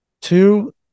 Two